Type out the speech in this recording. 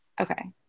okay